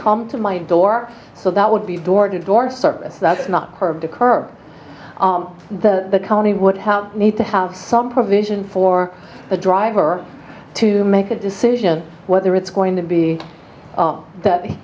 come to my door so that would be door to door service that's not the curb the county would have need to have some provision for a driver to make a decision whether it's going to be that he